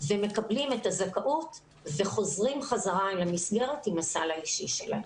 ומקבלים את הזכאות וחוזרים בחזרה אל המסגרת עם הסל האישי שלהם.